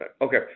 Okay